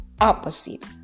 opposite